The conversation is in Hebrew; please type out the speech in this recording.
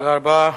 תודה רבה.